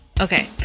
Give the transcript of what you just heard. Okay